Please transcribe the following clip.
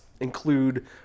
include